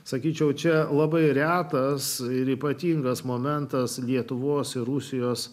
sakyčiau čia labai retas ir ypatingas momentas lietuvos ir rusijos